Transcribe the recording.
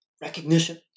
recognition